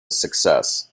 success